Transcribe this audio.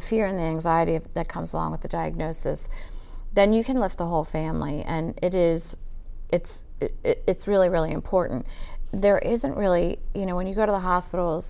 the fear and anxiety of that comes along with the diagnosis then you can lift the whole family and it is it's it's really really important there isn't really you know when you go to the hospitals